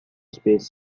space